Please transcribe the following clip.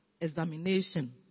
examination